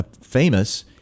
famous